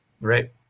right